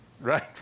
right